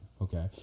okay